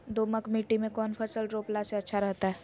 दोमट मिट्टी में कौन फसल रोपला से अच्छा रहतय?